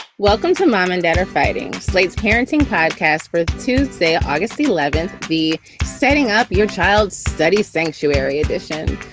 welcome to mom and dad are fighting slate's parenting podcast for tuesday, august eleventh. the setting up your child study sanctuary edition,